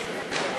שירות ביטחון